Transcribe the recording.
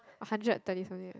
a hundred thirty something ah